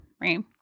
right